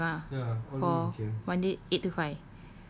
but stay in camp ah for one day eight to five